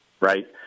right